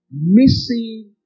Missing